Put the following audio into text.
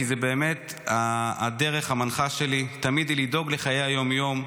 כי תמיד הדרך המנחה שלי היא לדאוג לחיי היום-יום,